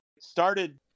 started